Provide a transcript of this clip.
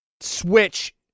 Switch